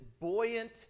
buoyant